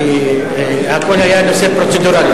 כי הכול היה נושא פרוצדורלי.